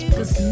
Cause